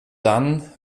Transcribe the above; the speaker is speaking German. dann